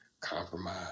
compromise